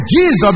Jesus